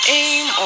aim